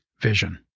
vision